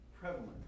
prevalent